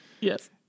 yes